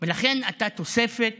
ולכן אתה תוספת